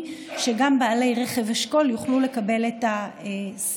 כך שגם בעלי רכב אשכול יוכלו לקבל את הסיוע.